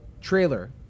trailer